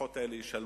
המשפחות האלה ישלמו.